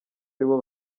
aribo